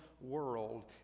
world